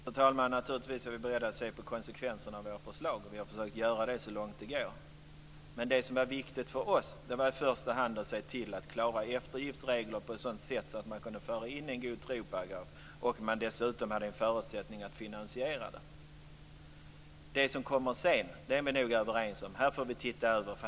Fru talman! Naturligtvis är vi beredda att se på konsekvenserna av våra förslag. Vi har försökt göra det så långt det går. Men det som var viktigt för oss var i första hand att se till att klara eftergiftsreglerna på ett sådant sätt att man kunde föra in en god troparagraf och att man dessutom hade en förutsättning att finansiera den. Det som kommer sedan är vi nog överens om att vi får se över.